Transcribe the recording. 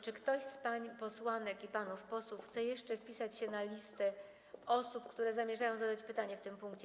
Czy ktoś z pań posłanek i panów posłów chce jeszcze wpisać się na listę osób, które zamierzają zadać pytanie w tym punkcie?